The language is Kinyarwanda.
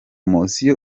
mucyo